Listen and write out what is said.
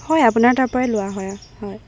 হয় আপোনাৰ তাৰপৰাই লোৱা হয় হয়